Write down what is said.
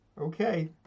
Okay